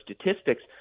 statistics